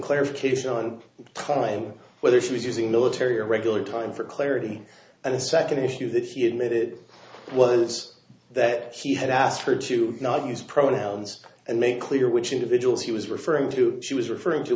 clarification on time whether she was using military or regular time for clarity and the second issue that he admitted was that he had asked her to not use pronouns and make clear which individuals he was referring to she was referring to